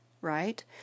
right